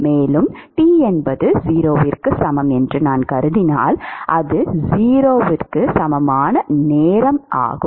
மேலும் t என்பது 0 க்கு சமம் என்று நான் கருதினால் அது 0 க்கு சமமான நேரம் ஆகும்